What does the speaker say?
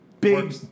Big